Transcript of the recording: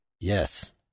yes